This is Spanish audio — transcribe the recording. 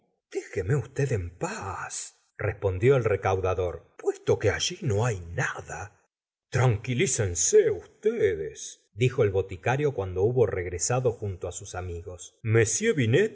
déjeme usted en paz respondió el recaudador puesto que allí no hay nada tranquilícense ustedesdijo el boticario cuando hubo regresado junto á sus amigos m